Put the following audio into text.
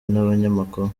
n’abanyamakuru